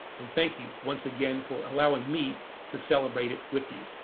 and thank you, once again, for allowing me to celebrate it with you.